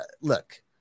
Look